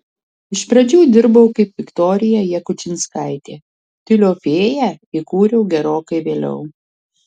iš pradžių dirbau kaip viktorija jakučinskaitė tiulio fėją įkūriau gerokai vėliau